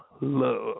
love